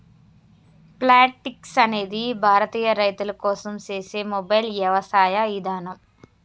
Plantix అనేది భారతీయ రైతుల కోసం సేసే మొబైల్ యవసాయ ఇదానం